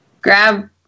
Grab